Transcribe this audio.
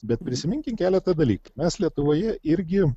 bet prisiminkim keletą dalykų mes lietuvoje irgi